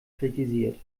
kritisiert